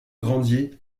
grandier